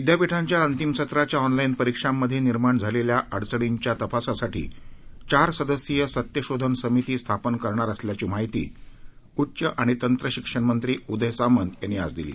विद्यापीठांच्या अंतिम सत्राच्या ऑनलाईन परीक्षांमध्ये निर्माण झालेल्या अडचणींच्या तपासासाठी चार सदस्यीय सत्यशोधन समिती स्थापन करणार असल्याची माहिती उच्च आणि तंत्रशिक्षण मंत्री उदय सामंत यांनी आज दिली